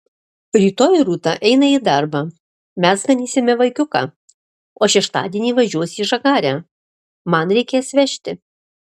rytoj rūta eina į darbą mes ganysime vaikiuką o šeštadienį važiuos į žagarę man reikės vežti